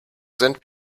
sind